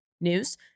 news